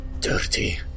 Dirty